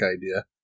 idea